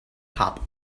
hop